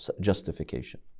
justification